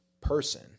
person